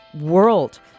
world